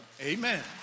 amen